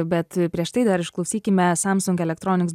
bet prieš tai dar išklausykime samsung electronics